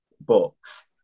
books